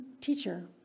teacher